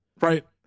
Right